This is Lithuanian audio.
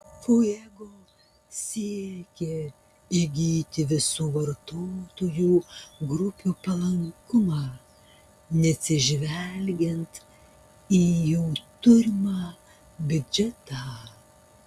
fuego siekė įgyti visų vartotojų grupių palankumą neatsižvelgiant į jų turimą biudžetą